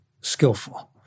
skillful